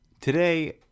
Today